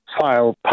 File